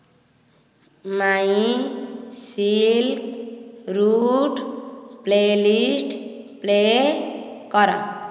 ମାଇଁ silk route playlist play କର